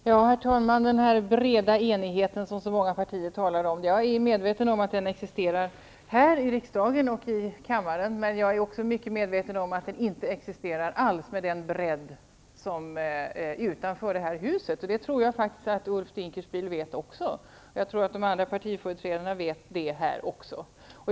Herr talman! Många partier talar om den breda enigheten, och jag är medveten om att den existerar här i riksdagen och i kammaren. Men jag är också mycket medveten om att den inte existerar alls med den bredden utanför det här huset. Jag tror att även Ulf Dinkelspiel och de andra partiföreträdarna vet.